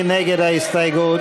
מי נגד ההסתייגות?